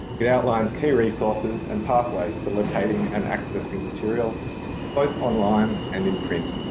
it outlines key resources and pathways for locating and accessing material both online and in print.